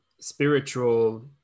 spiritual